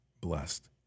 blessed